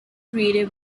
created